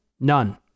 none